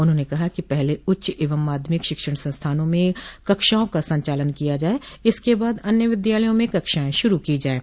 उन्होंने कहा कि पहले उच्च एवं माध्यमिक शिक्षण संस्थानों में कक्षाओं का संचालन किया जाये इसके बाद अन्य विद्यालयों में कक्षाएं शूरू की जाये